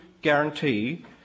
guarantee